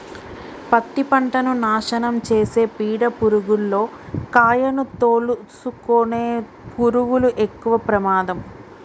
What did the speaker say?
పత్తి పంటను నాశనం చేసే పీడ పురుగుల్లో కాయను తోలుసుకునే పురుగులు ఎక్కవ ప్రమాదం